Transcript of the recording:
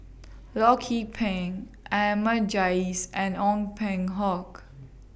Loh Lik Peng Ahmad Jais and Ong Peng Hock